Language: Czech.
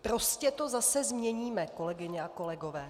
Prostě to zase změníme, kolegyně a kolegové.